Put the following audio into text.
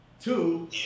Two